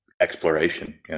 exploration